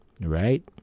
right